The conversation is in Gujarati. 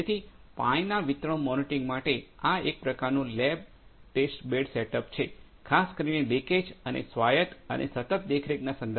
તેથી પાણીના વિતરણ મોનિટરિંગ માટે આ એક પ્રકારનું લેબ ટેસ્ટ બેડ સેટઅપ છે ખાસ કરીને લિકેજ અને સ્વાયત્ત અને સતત દેખરેખના સંદર્ભમાં